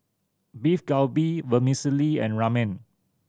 Beef Galbi Vermicelli and Ramen